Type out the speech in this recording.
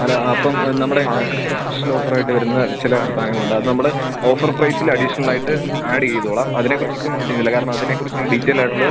അത് അപ്പം നമ്മുടെ ക്രിസ്മസ് സ്പെഷ്യലോഫറായിട്ട് വരുന്ന ചില സാധനങ്ങൾ അത് നമ്മൾ ഓഫർ പ്രൈസിൽ അഡീഷ്നലായിട്ട് ആഡ് ചെയ്തോളം അതിനെ കുറിച്ച് ഇപ്പം മെൻഷെൻ ചെയ്യുന്നില്ല കാരണം അതിനെ കുറിച്ച് ഡീറ്റെയ്ലായിട്ടുള്ള